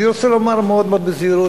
אני רוצה לומר מאוד מאוד בזהירות,